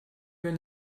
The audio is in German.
wenn